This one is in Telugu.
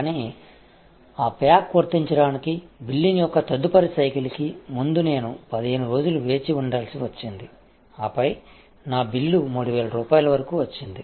కానీ ఆ ప్యాక్ వర్తించడానికి బిల్లింగ్ యొక్క తదుపరి సైకిల్ కి ముందు నేను 15 రోజులు వేచి ఉండాల్సి వచ్చింది ఆపై నా బిల్లు 3000 రూపాయల వరకు వచ్చింది